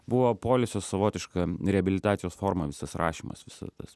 buvo poilsio savotiška reabilitacijos forma visas rašymas visas tas